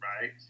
right